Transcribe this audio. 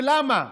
ולמה?